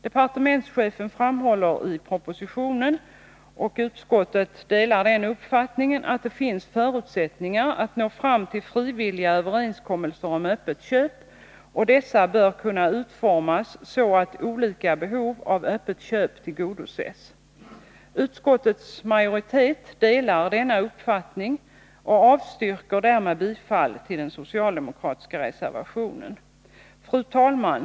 Departementschefen framhåller i propositionen — och utskottet delar den uppfattningen — att det finns förutsättningar att nå fram till frivilliga överenskommelser om öppet köp. Dessa bör kunna utformas så, att olika behov av öppet köp tillgodoses. Utskottets majoritet delar denna uppfattning och avstyrker därmed bifall till den socialdemokratiska reservationen. Fru talman!